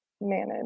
manage